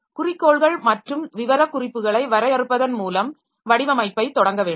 குறிக்கோள்கள் மற்றும் விவரக்குறிப்புகளை வரையறுப்பதன் மூலம் வடிவமைப்பைத் தொடங்க வேண்டும்